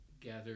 gather